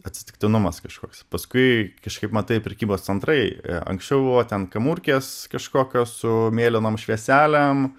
atsitiktinumas kažkoks paskui kažkaip matai prekybos centrai anksčiau buvo va ten kamurkės kažkokios su mėlynom švieselėm